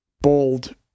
bold